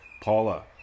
Paula